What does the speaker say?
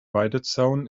weidezaun